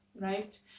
right